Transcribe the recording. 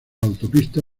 autopista